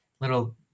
Little